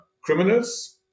criminals